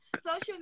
Social